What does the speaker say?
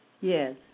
Yes